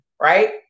right